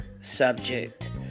subject